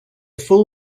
full